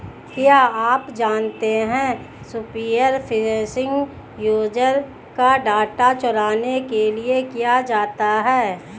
क्या आप जानते है स्पीयर फिशिंग यूजर का डेटा चुराने के लिए किया जाता है?